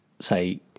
say